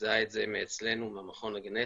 ריכזה את זה מאצלנו, מהמכון הגנטי,